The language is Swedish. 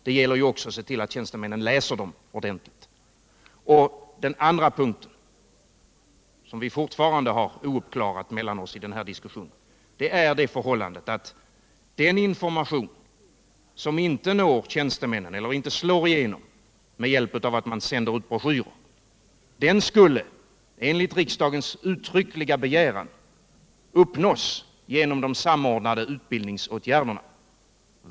Det gäller också att se till att tjänstemännen läser dem ordentligt. Den andra punkten som vi fortfarande har ouppklarad mellan oss i den här diskussionen är det förhållandet att den information som inte når tjänstemännen eller inte slår igenom med hjälp av att man sänder ut broschyrer enligt riksdagens uttryckliga begäran skulle ges genom de samordnade utbildningsåtgärderna.